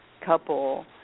couple